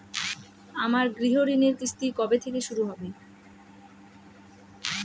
আমার গৃহঋণের কিস্তি কবে থেকে শুরু হবে?